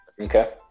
Okay